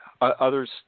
others